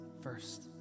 first